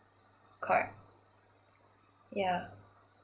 correct yeah